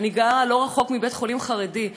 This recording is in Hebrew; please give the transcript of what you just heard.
אני גרה לא רחוק מבית-חולים חרדי,